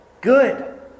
good